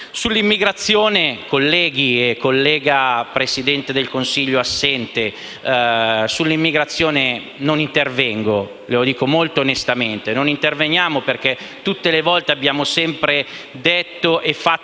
Sull'immigrazione, colleghi e Presidente del Consiglio assente, non intervengo. Lo dico molto onestamente. Non interveniamo perché tutte le volte abbiamo sempre detto e fatto